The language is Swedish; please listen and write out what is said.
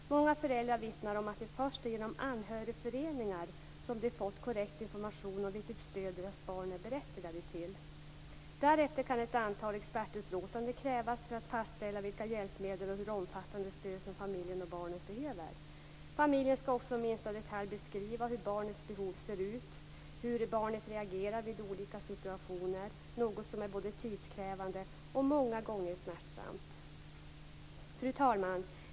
Många föräldrar vittnar om att det först är genom anhörigföreningar som de fått korrekt information om vilket stöd deras barn är berättigade till. Därefter kan ett antal expertutlåtanden krävas för att fastställa vilka hjälpmedel och hur omfattande stöd som familjen och barnet behöver. Familjen skall också i minsta detalj beskriva hur barnets behov ser ut, hur barnet reagerar i olika situationer, något som är både tidskrävande och många gånger smärtsamt. Fru talman!